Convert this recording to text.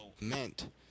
meant